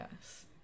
Yes